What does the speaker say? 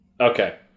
Okay